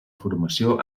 formació